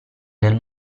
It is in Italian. nel